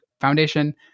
Foundation